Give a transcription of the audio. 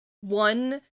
one